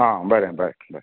आं बरें बरें बरें